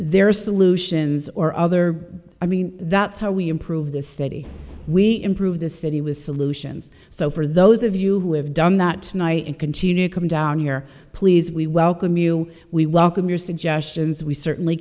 their solutions or other i mean that's how we improve the city we improve the city was solutions so for those of you who have done that night and continue to come down here please we welcome you we welcome your suggestions we certainly